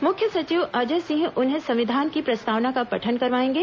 मुख्य सचिव अजय सिंह उन्हें संविधान की प्रस्तावना का पठन करवाएंगे